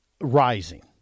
rising